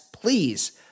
Please